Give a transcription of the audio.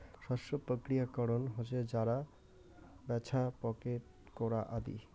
শস্য প্রক্রিয়াকরণ হসে ঝাড়া, ব্যাছা, প্যাকেট করা আদি